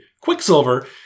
Quicksilver